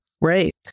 right